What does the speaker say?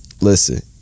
Listen